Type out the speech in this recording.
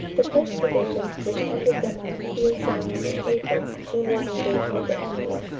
the first division, which entered the montdidier salient in april, soon was engaged with the enemy,